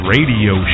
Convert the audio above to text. Radio